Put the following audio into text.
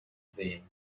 sehen